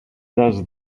does